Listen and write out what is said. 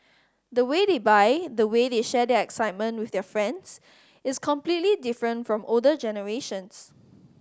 the way they buy the way they share their excitement with their friends is completely different from older generations